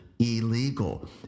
Illegal